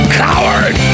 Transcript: coward